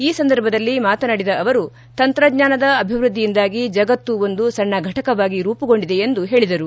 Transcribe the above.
ಈ ಸಂದರ್ಭದಲ್ಲಿ ಮಾತನಾಡಿದ ಅವರು ತಂತ್ರಜ್ಞಾನದ ಅಭಿವೃದ್ಧಿಯಿಂದಾಗಿ ಜಗತ್ತು ಒಂದು ಸಣ್ಣ ಘಟಕವಾಗಿ ರೂಪುಗೊಂಡಿದೆ ಎಂದು ಹೇಳಿದರು